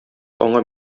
аңа